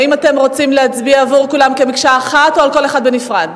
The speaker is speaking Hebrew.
האם אתם רוצים להצביע על כולם כמקשה אחת או על כל אחד בנפרד?